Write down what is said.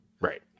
Right